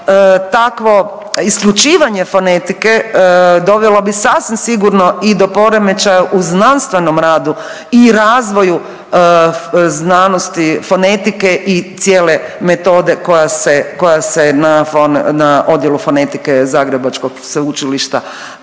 takvo isključivanje fonetike dovelo bi sasvim sigurno i do poremećaja i u znanstvenom radu i razvoju znanosti fonetike i cijele metode koja se, koja se na odjelu fonetike zagrebačkog sveučilišta